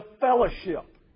fellowship